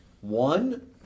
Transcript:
one